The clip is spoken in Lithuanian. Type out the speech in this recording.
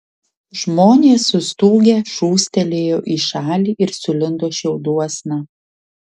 žmonės sustūgę šūstelėjo į šalį ir sulindo šiauduosna